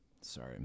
Sorry